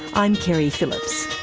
i'm keri phillips.